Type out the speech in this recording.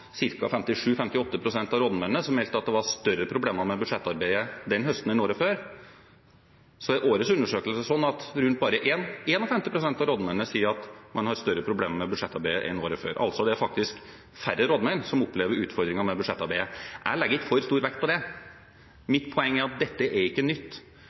var 57–58 pst. av rådmennene som meldte at det var større problemer med budsjettarbeidet den høsten enn året før, viser årets undersøkelse at bare rundt 51 pst. av rådmennene sier at man har større problemer med budsjettarbeidet enn året før. Det er faktisk altså færre rådmenn som opplever problemer med budsjettarbeidet nå. Jeg legger ikke for stor vekt på det. Mitt poeng er at dette ikke er nytt.